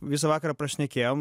visą vakarą prašnekėjom